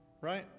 Right